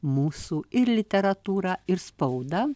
mūsų ir literatūrą ir spaudą